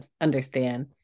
understand